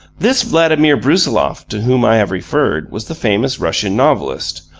this vladimir brusiloff to whom i have referred was the famous russian novelist,